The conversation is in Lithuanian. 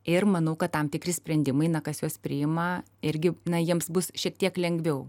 ir manau kad tam tikri sprendimai na kas juos priima irgi na jiems bus šiek tiek lengviau